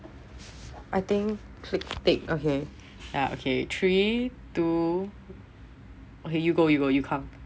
I think click okay yeah okay three two okay you go you count